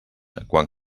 quan